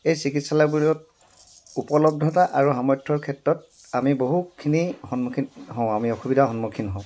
এই চিকিৎসালয়বোৰত উপলব্ধতা আৰু সামৰ্থ্যৰ ক্ষেত্ৰত আমি বহুখিনি সন্মুখীন হওঁ আমি অসুবিধাৰ সন্মুখীন হওঁ